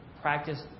practice